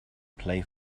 play